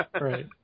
right